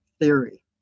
theory